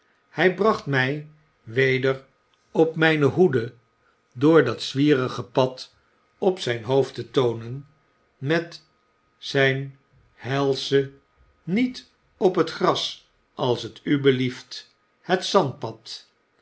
hy bracht my weder op myn hoede door dat zwierige pad op zijn hoofd te vertoonen met zijn helsche niet op het gras als j t u belieft het zandpad